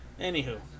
Anywho